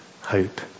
hope